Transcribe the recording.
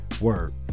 Word